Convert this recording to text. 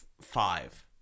five